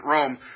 Rome